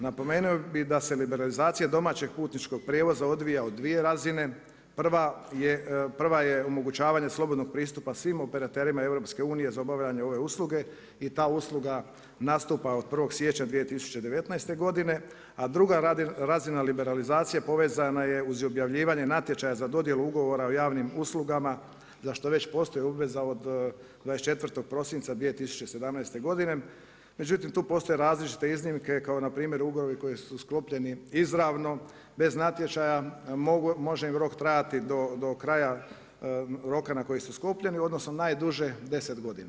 Napomenuo bi da se liberalizacija domaćeg putničkog prijevoza odvija u dvije razine, prva je omogućavanje slobodnog pristupa svim operaterima EU-a za obavljanje ove usluge i ta usluga nastupa od 01. siječnja 2019. godine, a druga razina liberalizacije povezana je uz objavljivanje natječaja za dodjelu Ugovora o javnim uslugama za što već postoji obveza od 24. prosinca 2017., međutim tu postoje različite iznimke kao npr. ugovori koji su sklopljeni izravno, bez natječaja, može im rok trajati do kraja roka na koji su sklopljeni, odnosno najduže 10 godina.